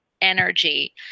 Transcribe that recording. energy